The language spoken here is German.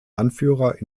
anführer